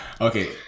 okay